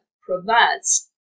provides